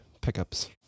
pickups